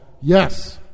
Yes